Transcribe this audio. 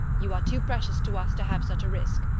you are too precious to us to have such risk.